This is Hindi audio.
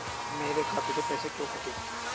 मेरे खाते से पैसे क्यों कटे?